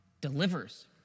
delivers